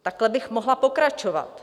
Takhle bych mohla pokračovat.